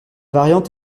variante